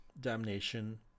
Damnation